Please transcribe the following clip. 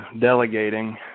delegating